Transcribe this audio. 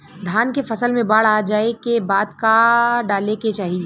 धान के फ़सल मे बाढ़ जाऐं के बाद का डाले के चाही?